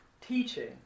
teaching